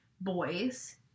boys